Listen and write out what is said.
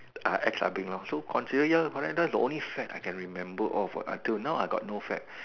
uh X clubbing lor so consider ya correct that's the only fad I can remember of what until now I got no fad